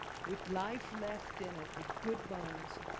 with life left in it, with good bones,